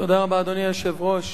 תודה רבה, אדוני היושב-ראש.